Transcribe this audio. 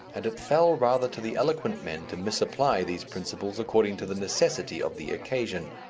and it fell rather to the eloquent men to misapply these principles according to the necessity of the occasion.